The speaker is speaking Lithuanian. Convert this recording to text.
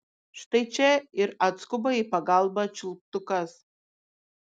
štai čia ir atskuba į pagalbą čiulptukas